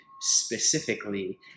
specifically